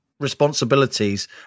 responsibilities